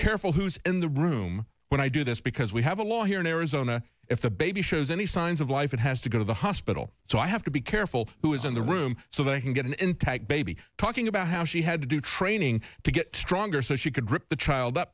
careful who's in the room when i do this because we have a law here in arizona if the baby shows any signs of life it has to go to the hospital so i have to be careful who is in the room so they can get an intact baby talking about how she had to do training to get stronger so she could rip the child up